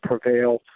prevail